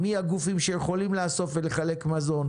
מי הגופים שיכולים לאסוף ולחלק מזון,